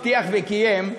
הבטיח, וקיים,